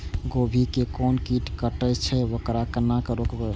गोभी के कोन कीट कटे छे वकरा केना रोकबे?